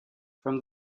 from